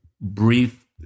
brief